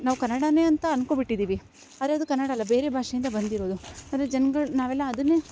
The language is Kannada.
ನಾವು ಕನ್ನಡವೇ ಅಂತ ಅಂದ್ಕೊಂಬಿಟ್ಟಿದ್ದೀವಿ ಆದರೆ ಅದು ಕನ್ನಡ ಅಲ್ಲ ಬೇರೆ ಭಾಷೆಯಿಂದ ಬಂದಿರೋದು ಆದರೆ ಜನಗಳು ನಾವೆಲ್ಲ ಅದನ್ನೇ